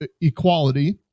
equality